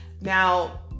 Now